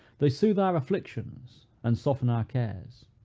they soothe our afflictions, and soften our cares.